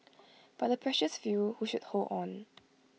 but A precious few who should hold on